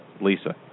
Lisa